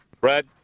Brad